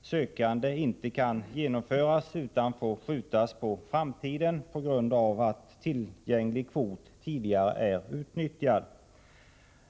sökande inte kan genomföras utan får skjutas på framtiden på grund av att tillgänglig kvot således redan är utnyttjad.